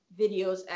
videos